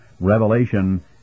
Revelation